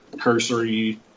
cursory